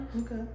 okay